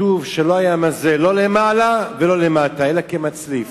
כתוב שלא היה מזה לא למעלה ולא למטה, אלא כמצליף.